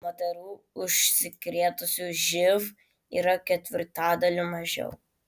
moterų užsikrėtusių živ yra ketvirtadaliu mažiau